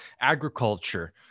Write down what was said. Agriculture